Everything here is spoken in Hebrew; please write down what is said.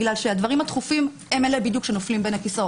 כי הדברים הדחופים הם אלה בדיוק שנופלים בין הכיסאות.